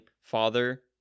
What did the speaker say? father